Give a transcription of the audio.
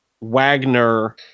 Wagner